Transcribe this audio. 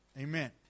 Amen